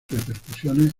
repercusiones